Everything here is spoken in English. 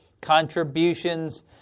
contributions